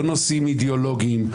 לא נושאים אידיאולוגיים.